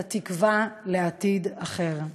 בתקווה, לעתיד אחר.